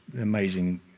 amazing